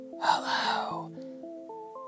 Hello